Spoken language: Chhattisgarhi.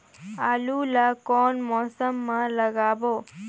आलू ला कोन मौसम मा लगाबो?